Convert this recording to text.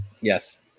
Yes